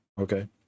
Okay